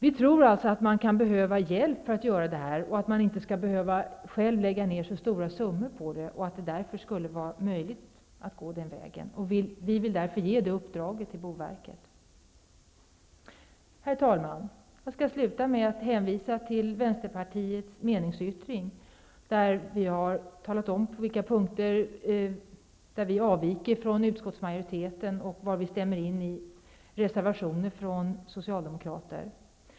Vi tror alltså att de boende kan behöva hjälp med detta. De skall inte själva behöva lägga ner så stora summor på dessa åtgärder, och man borde därför kunna gå den väg vi har föreslagit. Vi vill därför ge detta uppdrag till boverket. Herr talman! Jag skall sluta med att hänvisa till Vänsterpartiets meningsyttring, där vi har talat om på vilka punkter vi avviker från utskottsmajoriteten och instämmer i reservationer från socialdemokrater.